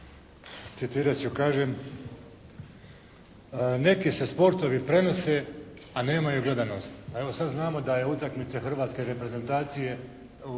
Citirat ću kažem: "Neki se sportovi prenose a nemaju gledanost." A evo sad znamo da je utakmica hrvatske reprezentacije u